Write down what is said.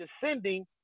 descending